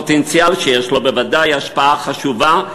לפוטנציאל יש בוודאי השפעה חשובה,